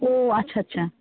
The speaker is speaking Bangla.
ও আচ্ছা আচ্ছা